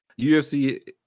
UFC